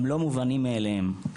הם לא מובנים מאליהם,